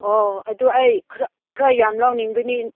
ꯑꯣ ꯑꯗꯨ ꯑꯩ ꯈꯔ ꯈꯔ ꯌꯥꯝ ꯂꯧꯅꯤꯡꯕꯅꯤ